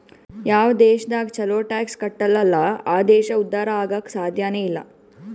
ಯಾವ್ ದೇಶದಾಗ್ ಛಲೋ ಟ್ಯಾಕ್ಸ್ ಕಟ್ಟಲ್ ಅಲ್ಲಾ ಆ ದೇಶ ಉದ್ಧಾರ ಆಗಾಕ್ ಸಾಧ್ಯನೇ ಇಲ್ಲ